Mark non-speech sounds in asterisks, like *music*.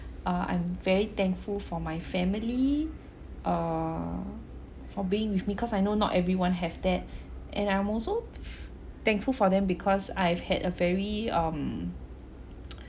uh I'm very thankful for my family err for being with me cause I know not everyone have that and I'm also thankful for them because I've had a very um *noise*